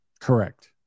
Correct